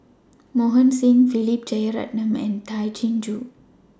Mohan Singh Philip Jeyaretnam and Tay Chin Joo